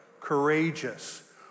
Courageous